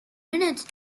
minutes